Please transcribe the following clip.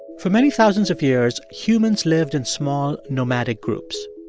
for many thousands of years, humans lived in small nomadic groups.